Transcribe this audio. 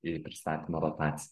į pristatymo rotaciją